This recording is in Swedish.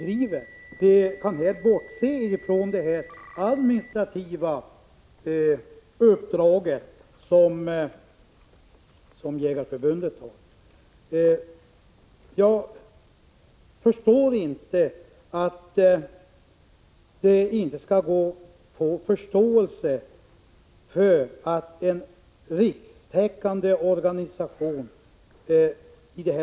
Vi kan i det här sammanhanget bortse från det administrativa uppdrag som Jägareförbundet har. Jag förstår inte att det inte skall gå att få förståelse för att ett bidrag med 349 000 kr.